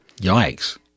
Yikes